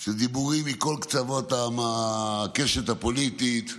של דיבורים מכל קצוות הקשת הפוליטית,